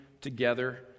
together